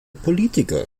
politiker